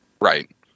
Right